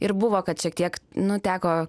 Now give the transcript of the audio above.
ir buvo kad šiek tiek nu teko